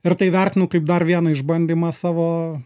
ir tai vertinu kaip dar vieną išbandymą savo